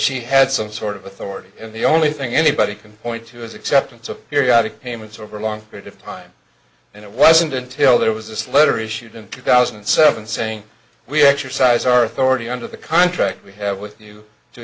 she had some sort of authority and the only thing anybody can point to is acceptance of periodic payments over a long period of time and it wasn't until there was this letter issued in two thousand and seven saying we exercise our authority under the contract we have with